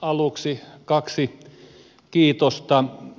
aluksi kaksi kiitosta